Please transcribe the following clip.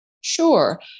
Sure